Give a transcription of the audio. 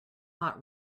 hot